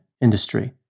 industry